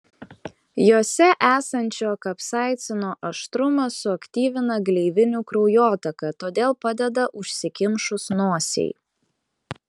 jose esančio kapsaicino aštrumas suaktyvina gleivinių kraujotaką todėl padeda užsikimšus nosiai